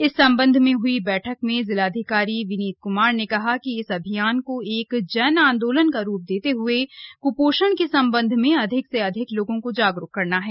इस संबंध में हई बैठक में जिलाधिकारी विनीत कुमार ने कहा कि इस अभियान को एक जनआंदोलन का रूप देते हए कुपोषण के संबंध में अधिक से अधिक लोगों को जागरूक करना है